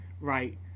Right